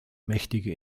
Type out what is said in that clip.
mächtige